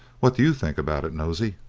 what do you think about it, nosey?